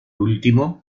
último